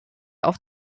auf